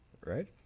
right